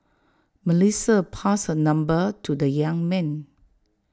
Melissa passed her number to the young man